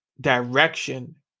direction